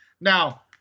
Now